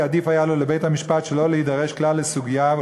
כי עדיף היה לו לבית-המשפט שלא להידרש כלל לסוגיה,